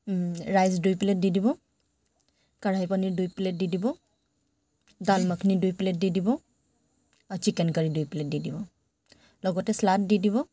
rice দুই plate দি দিব কাঢ়াই পনীৰ দুই প্লেট দি দিব ডাল মাখনি দুই প্লেট দি দিব আৰু চিকেন কাৰী দুই প্লেট দি দিব লগতে চালাড দি দিব